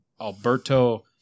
Alberto